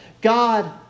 God